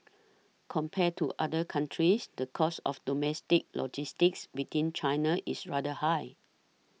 compared to other countries the cost of domestic logistics within China is rather high